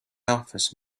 office